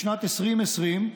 בשנת 2020,